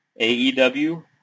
AEW